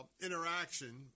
interaction